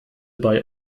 bei